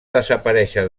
desaparèixer